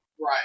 Right